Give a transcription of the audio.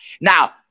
now